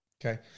Okay